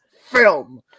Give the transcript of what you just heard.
film